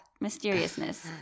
mysteriousness